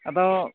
ᱟᱫᱚ